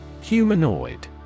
Humanoid